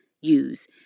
use